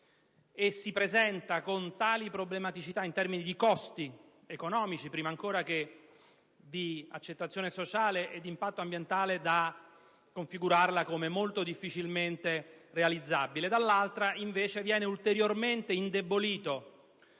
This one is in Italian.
e si presenta con tali problematicità, in termini di costi economici, prima ancora che di accettazione sociale e di impatto ambientale, da configurarla come molto difficilmente realizzabile. Dall'altra, viene ulteriormente indebolito